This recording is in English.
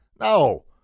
No